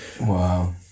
Wow